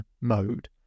mode